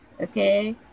okay